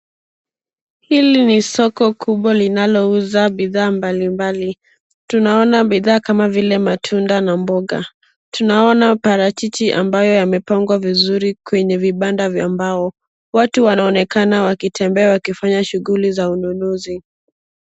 Hili ni soko kubwa linalouza bidhaa mbalimbali. Tunaona bidhaa kama vile matunda na mboga. Tunaona parachichi ambayo yamepangwa vizuri kwenye vibanda vya mbao, watu wanaonekana wakitembea wakifanya shughuli za ununuzi.